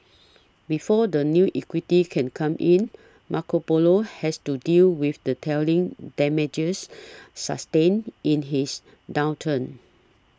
before the new equity can come in Marco Polo has to deal with the telling damages sustained in his downturn